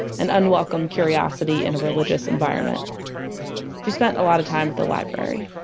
an unwelcome curiosity in a religious environment she spent a lot of time at the library